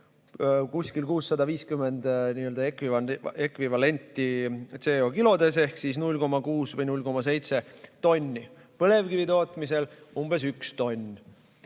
kuskil 650 CO2ekvivalenti kilodes ehk siis 0,6 või 0,7 tonni, põlevkivi tootmisel umbes üks tonn.